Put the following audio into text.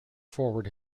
forward